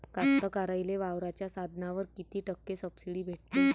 कास्तकाराइले वावराच्या साधनावर कीती टक्के सब्सिडी भेटते?